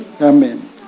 Amen